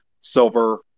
silver